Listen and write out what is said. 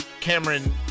Cameron